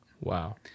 Wow